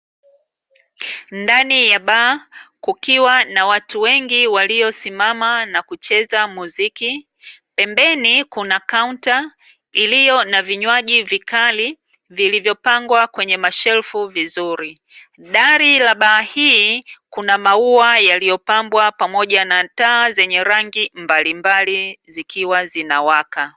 Ndani ya baa kukiwa na watu wengi waliosimama na kucheza muziki. Pembeni, kuna kaunta iliyo na vinywaji vikali vilivyopangwa kwenye mashelfu vizuri. Dari la baa hii kuna maua yaliyopambwa, pamoja na taa zenye rangi mbalimbali zikiwa zinawaka.